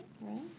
right